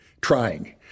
trying